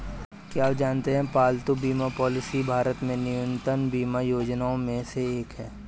क्या आप जानते है पालतू बीमा पॉलिसी भारत में नवीनतम बीमा योजनाओं में से एक है?